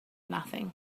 nothing